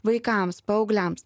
vaikams paaugliams